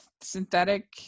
synthetic